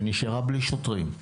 שנשארה בלי שוטרים.